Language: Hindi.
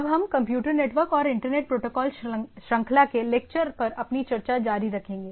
अब हम कंप्यूटर नेटवर्क और इंटरनेट प्रोटोकॉल श्रृंखला के लेक्चर पर अपनी चर्चा जारी रखेंगे